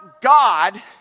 God